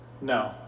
No